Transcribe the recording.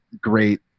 great